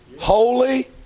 Holy